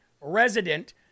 resident